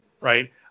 Right